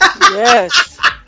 Yes